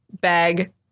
Bag